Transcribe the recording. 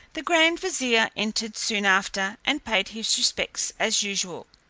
the grand vizier entered soon after, and paid his respects as usual.